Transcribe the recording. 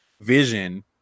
vision